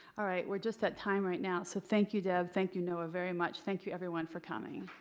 all right, we're just at time right now. so thank you, deb. thank you, noah, very much. thank you, everyone, for coming.